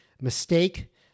mistake